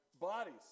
bodies